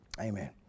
Amen